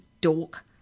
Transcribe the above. dork